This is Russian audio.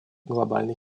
глобальной